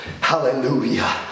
hallelujah